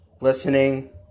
listening